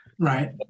Right